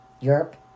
Europe